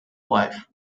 wife